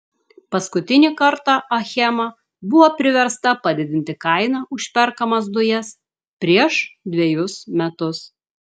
paskutinį kartą achema buvo priversta padidinti kainą už perkamas dujas prieš dvejus metus